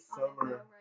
summer